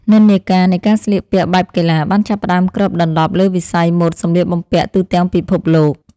និន្នាការនៃការស្លៀកពាក់បែបកីឡាបានចាប់ផ្តើមគ្របដណ្តប់លើវិស័យម៉ូដសម្លៀកបំពាក់ទូទាំងពិភពលោក។